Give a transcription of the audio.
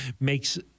makes